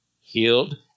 healed